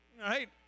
right